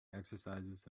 exercises